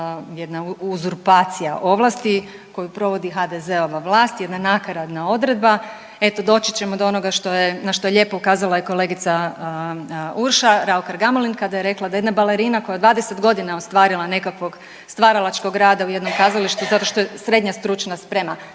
jedna uzurpacija ovlasti koju provodi HDZ-ova vlast jedna nakaradna odredba. Eto doći ćemo do onoga na što je lijepo ukazala i kolegica Urša Raukar Gamulin kada je rekla da jedna balerina koja 20 godina ostvarila nekakvog stvaralačkog rada u jednom kazalištu zato što je srednja stručna sprema